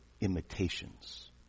imitations